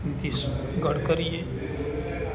નીતિશ ગડકરીએ